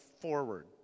forward